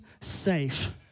safe